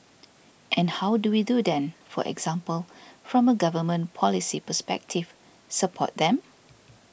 and how do we then for example from a government policy perspective support them